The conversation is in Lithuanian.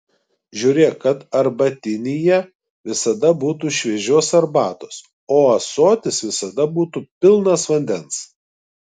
žiūrėk kad arbatinyje visada būtų šviežios arbatos o ąsotis visada būtų pilnas vandens